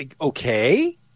okay